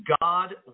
God